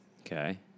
Okay